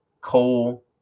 coal